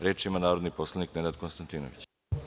Reč ima narodni poslanik Nenad Konstantinović.